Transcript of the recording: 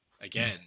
again